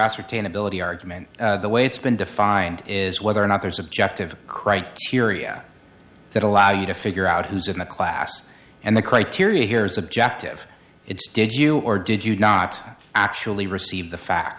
ascertain ability argument the way it's been defined is whether or not there's objective criteria that allow you to figure out who's in the class and the criteria here is objective it's did you or did you not actually receive the facts